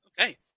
Okay